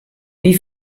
wie